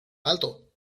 alto